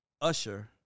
Usher